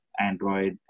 Android